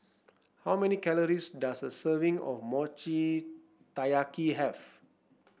how many calories does a serving of Mochi Taiyaki have